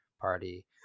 party